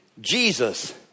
Jesus